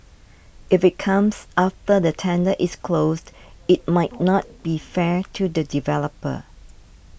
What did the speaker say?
if it comes after the tender is closed it might not be fair to the developer